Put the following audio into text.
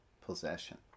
possession